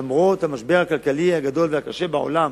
למרות המשבר הכלכלי הגדול והקשה בעולם,